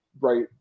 Right